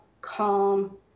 calm